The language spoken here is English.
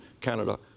Canada